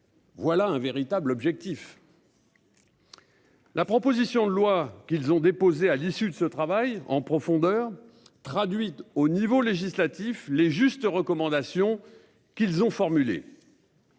Voilà un véritable objectif. La proposition de loi qu'ils ont déposé à l'issue de ce travail en profondeur traduite au niveau législatif les juste recommandations qu'ils ont formulées.